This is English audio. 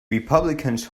republicans